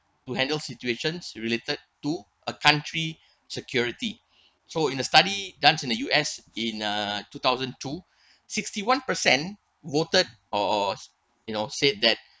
who handle situations related to a country security so in a study done in the U_S in uh two thousand two sixty one percent voted or you know said that